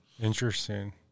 Interesting